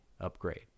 upgrade